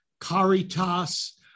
caritas